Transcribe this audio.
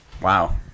Wow